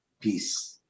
Peace